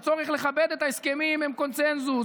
הצורך לכבד את ההסכמים הוא קונסנזוס.